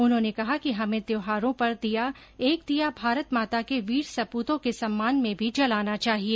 उन्होंने कहा कि हमें त्योहारों पर एक दिया भारत माता के वीर सपूतों के सम्मान में भी जलाना चाहिए